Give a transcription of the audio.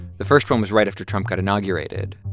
the first one was right after trump got inaugurated.